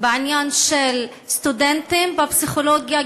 בעניין של סטודנטים לפסיכולוגיה,